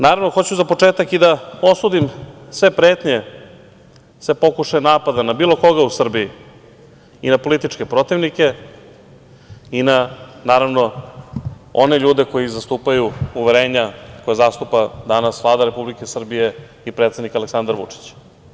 Za početak, hoću da osudim sve pretnje sa pokušajem napada na bilo koga u Srbiji, i na političke protivnike, i na one ljude koji ih zastupaju, uverenja koja zastupa danas Vlada Republike Srbije i predsednik Aleksandar Vučić.